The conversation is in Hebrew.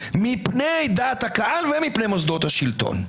מפני דעת הקהל ומפני מוסדות השלטון.